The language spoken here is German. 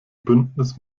bündnis